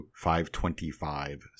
525